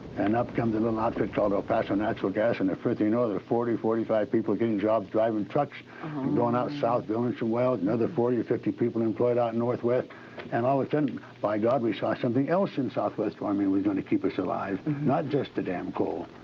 and up come the little outfit called el paso natural gas and the first thing you know there's forty, forty five people getting jobs driving trucks and going out south drilling some wells. another forty or fifty people employed out northwest and all of a sudden by god we saw something else in south west wyoming was gonna keep us alive, not just the damned coal.